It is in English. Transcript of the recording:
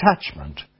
attachment